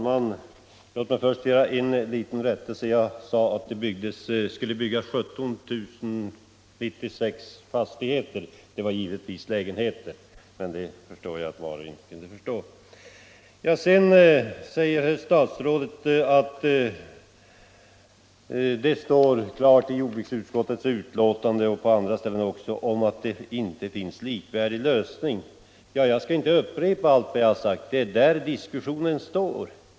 Herr statsrådet sade att det står klart i jordbruksutskottets betänkande och på andra ställen att det inte finns en likvärdig lösning. Jag skall inte upprepa allt vad jag har sagt, men det är kring detta diskussionen står.